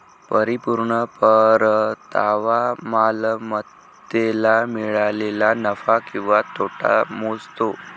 परिपूर्ण परतावा मालमत्तेला मिळालेला नफा किंवा तोटा मोजतो